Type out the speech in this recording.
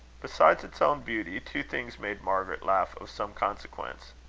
besides its own beauty, two things made margaret's laugh of some consequence